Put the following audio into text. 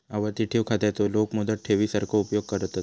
आवर्ती ठेव खात्याचो लोक मुदत ठेवी सारखो उपयोग करतत